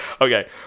okay